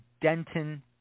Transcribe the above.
Denton